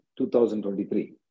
2023